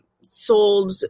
sold